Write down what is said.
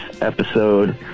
episode